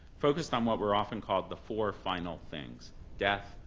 focused on what were often called the four final things death,